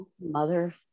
Mother